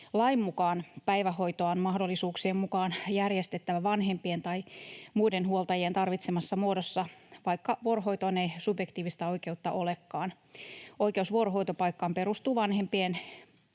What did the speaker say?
Lain mukaan päivähoitoa on mahdollisuuksien mukaan järjestettävä vanhempien tai muiden huoltajien tarvitsemassa muodossa, vaikka vuorohoitoon ei subjektiivista oikeutta olekaan. Oikeus vuorohoitopaikkaan perustuu vanhempien